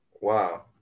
Wow